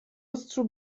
ostrzu